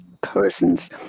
persons